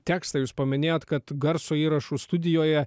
tekstą jūs paminėjot kad garso įrašų studijoje